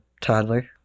toddler